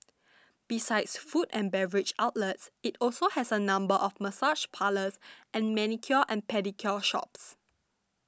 besides food and beverage outlets it also has a number of massage parlours and manicure and pedicure shops